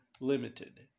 limited